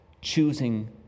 choosing